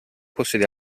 possiede